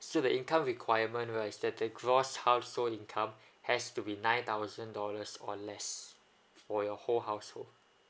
so the income requirement right is that the gross household income has to be nine thousand dollars or less for your whole household